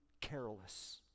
careless